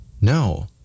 No